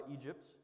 Egypt